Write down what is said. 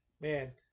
Man